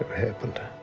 happened.